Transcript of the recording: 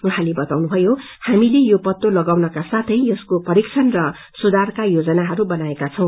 उहाँले वताउनुभ्नयो हामीले यो पत्ते लगाउनका साथै यसको परीक्षण र सुधारको योजनाहरू बनाएका छौ